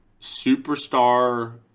superstar